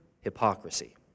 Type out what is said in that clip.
hypocrisy